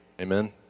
Amen